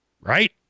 Right